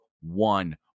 one